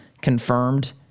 confirmed